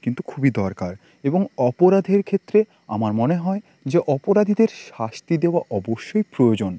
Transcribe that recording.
কিন্তু খুবই দরকার এবং অপরাধের ক্ষেত্রে আমার মনে হয় যে অপরাধীদের শাস্তি দেওয়া অবশ্যই প্রয়োজন